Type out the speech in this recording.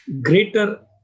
greater